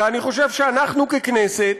כי אני חושב שאנחנו ככנסת